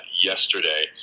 yesterday